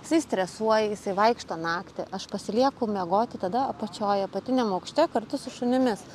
jisai stresuoja jisai vaikšto naktį aš pasilieku miegoti tada apačioj apatiniam aukšte kartu su šunimis